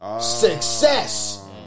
success